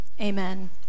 amen